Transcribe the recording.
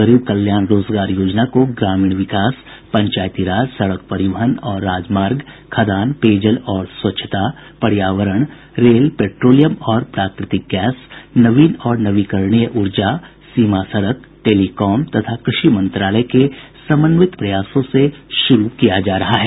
गरीब कल्याण रोजगार योजना को ग्रामीण विकास पंचायतीराज सड़क परिवहन और राजमार्ग खदान पेयजल और स्वच्छता पर्यावरण रेल पेट्रोलियम और प्राकृतिक गैस नवीन और नवीकरणीय ऊर्जा सीमा सड़क टेलीकॉम तथा कृषि मंत्रालय के समन्वित प्रयासों से शुरू किया जा रहा है